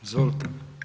Izvolite.